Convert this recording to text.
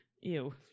Ew